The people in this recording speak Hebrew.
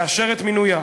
לאשר את מינויה,